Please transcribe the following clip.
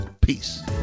Peace